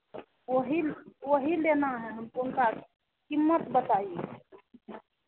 वही वही लेना है हमको उनका कीमत बताइए